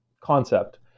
concept